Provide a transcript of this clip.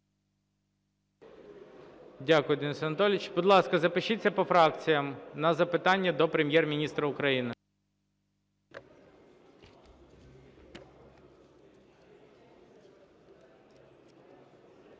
Дякую, Денис Анатолійович. Будь ласка, запишіться по фракціях на запитання до Прем’єр-міністра України.